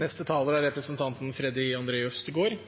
Denne riksrevisjonsrapporten er